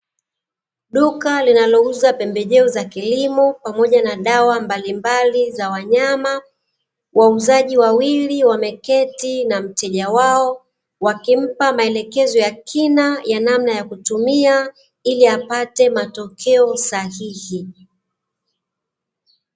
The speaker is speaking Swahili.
Duka linalouza pembejeo za kilimo pamoja na dawa mbalimbali za wanyama. Wauzaji wawili wameketi na mteja wao, wakimpa maelekezo ya kina ya namna ya kutumia ili apate matokeo sahihi.